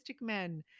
men